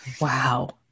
Wow